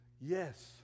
yes